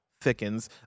thickens